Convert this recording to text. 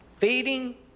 Feeding